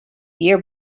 year